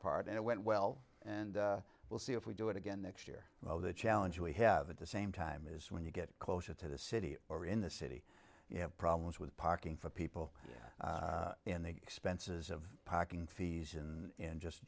part and it went well and we'll see if we do it again next year well the challenge we have at the same time is when you get closer to the city or in the city you have problems with parking for people in the expenses of parking fees